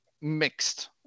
mixed